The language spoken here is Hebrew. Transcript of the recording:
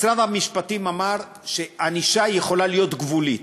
משרד המשפטים אמר שענישה יכולה להיות גבולית.